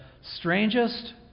strangest